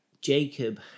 jacob